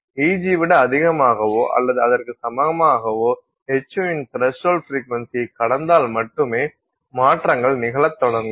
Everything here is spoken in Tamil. Eg விட அதிகமாகவோ அல்லது அதற்கு சமமாகவோ hυ இன் த்ரஸ்ஹோல்ட் ஃப்ரீக்வென்சியை கடந்தால் மட்டுமே மாற்றங்கள் நிகழத் தொடங்கும்